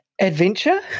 adventure